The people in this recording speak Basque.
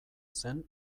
zen